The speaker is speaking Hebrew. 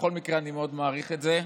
בכל מקרה אני מאוד מעריך את זה,